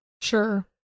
Sure